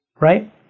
right